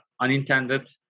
unintended